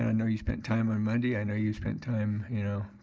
i know you spent time on monday. i know you spent time, you know,